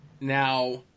Now